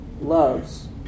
loves